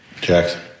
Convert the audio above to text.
Jackson